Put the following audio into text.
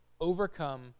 overcome